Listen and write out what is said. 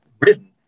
written